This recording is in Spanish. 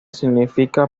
significa